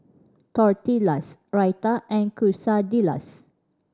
Tortillas Raita and Quesadillas